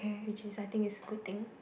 which is I think is good thing